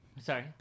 sorry